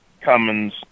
Cummins